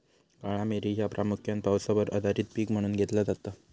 काळा मिरी ह्या प्रामुख्यान पावसावर आधारित पीक म्हणून घेतला जाता